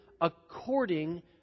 according